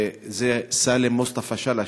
זה סאלם מוסטפא שאלש,